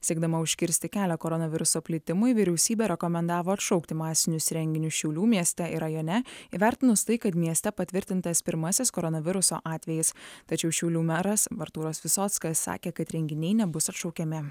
siekdama užkirsti kelią koronaviruso plitimui vyriausybė rekomendavo atšaukti masinius renginius šiaulių mieste ir rajone įvertinus tai kad mieste patvirtintas pirmasis koronaviruso atvejis tačiau šiaulių meras artūras visockas sakė kad renginiai nebus atšaukiami